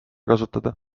kasutada